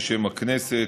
בשם הכנסת,